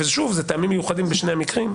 שוב, אלה טעמים מיוחדים בשני המקרים.